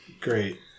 Great